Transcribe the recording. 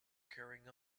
carrying